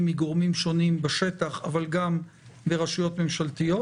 מגורמים שונים בשטח ומהרשויות הממשלתיות.